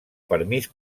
permís